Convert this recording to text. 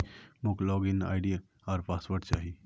मोक log in ID आर password चाहि